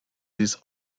this